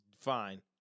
fine